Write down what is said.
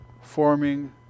forming